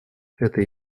эта